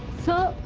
sir.